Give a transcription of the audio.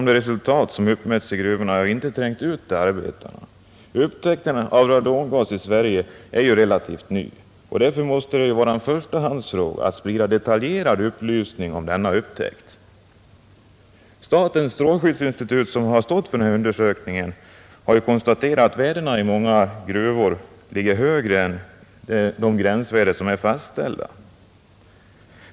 Resultatet av mätningarna i gruvorna har inte trängt ut till arbetarna, Upptäckten av radongas i svenska gruvor är ju relativt ny. Därför måste det vara en förstahandsfråga att sprida detaljerad upplysning om denna upptäckt. Statens strålskyddsinstitut, som har stått för undersökningarna, har konstaterat att värdena i många gruvor ligger över det gränsvärde som är fastställt.